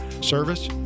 service